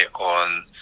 on